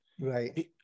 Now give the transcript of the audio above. Right